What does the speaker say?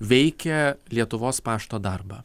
veikia lietuvos pašto darbą